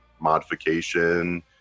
modification